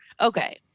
Okay